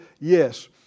yes